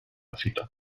cita